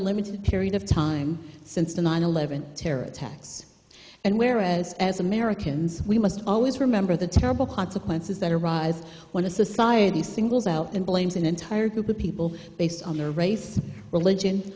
limited period of time since the nine eleven terror attacks and whereas as americans we must always remember the terrible consequences that arise when a society singles out and blames an entire group of people based on their race religion